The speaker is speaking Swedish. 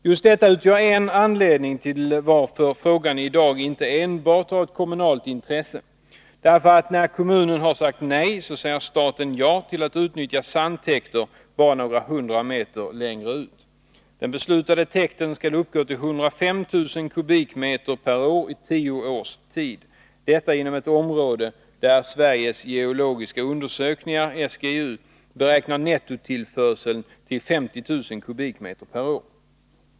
Just detta utgör den ena anledningen till att frågan i dag inte enbart har ett kommunalt intresse, därför att när kommunen har sagt nej så säger staten ja till att utnyttja sandtäkter bara några hundra meter längre ut. Den beslutade täkten skall uppgå till 105 000 m? per år i tio års tid inom ett område där Sveriges geologiska undersökning beräknar nettotillförseln till 50 000 m? per år.